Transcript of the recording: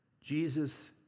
Jesus